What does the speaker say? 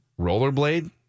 rollerblade